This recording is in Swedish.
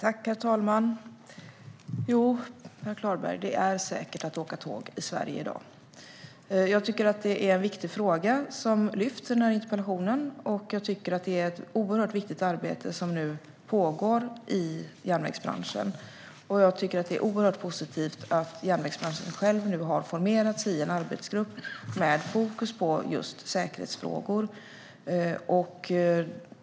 Herr talman! Jo, Per Klarberg - det är säkert att åka tåg i Sverige i dag. Jag tycker att det är en viktig fråga som tas upp i denna interpellation, och jag tycker att det är ett oerhört viktigt arbete som nu pågår i järnvägsbranschen. Jag tycker också att det är oerhört positivt att järnvägsbranschen själv har formerat sig i en arbetsgrupp med fokus på just säkerhetsfrågor.